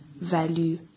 value